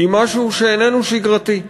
היא משהו שאיננו שגרתי,